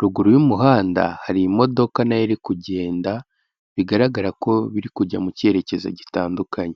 ruguru y'umuhanda hari imodoka na yo iri kugenda, bigaragara ko biri kujya mu cyerekezo gitandukanye.